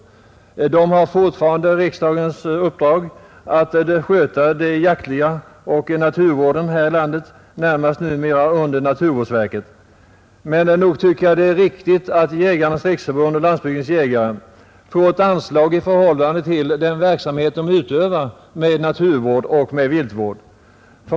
Det förbundet har fortfarande riksdagens uppdrag att sköta jaktvårdsarbetet och naturvårdsarbetet i landet, numera närmast under naturvårdsverket. Men nog tycker jag att det är riktigt att Jägarnas riksförbund—Landsbygdens jägare får ett anslag i förhållande till den verksamhet organisationen bedriver för naturvård och viltvård.